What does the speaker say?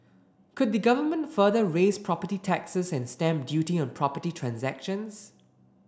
could the Government further raise property taxes and stamp duty on property transactions